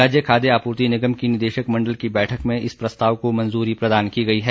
राज्य खाद्य आपूर्ति निगम की निदेशक मंडल की बैठक में इस प्रस्ताव को मंजूरी प्रदान की गई है